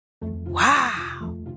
Wow